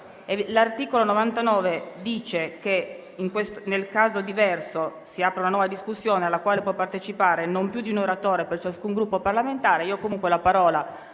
l'articolo 99 dice che, nel caso diverso, si apre una nuova discussione alla quale può partecipare non più di un oratore per ciascun Gruppo parlamentare. Io la parola